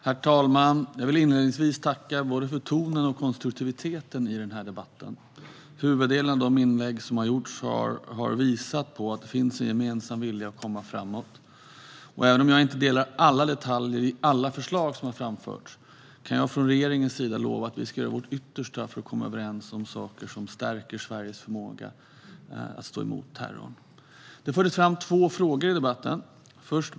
Herr talman! Jag vill inledningsvis tacka både för tonen och konstruktiviteten i den här debatten. Huvuddelen av de inlägg som har gjorts har visat att det finns en gemensam vilja att komma framåt. Även om jag inte delar synen på alla detaljer i alla förslag som har framförts kan jag från regeringens sida lova att vi ska göra vårt yttersta för att komma överens om saker som stärker Sveriges förmåga att stå emot terrorn. Två frågor fördes fram i debatten.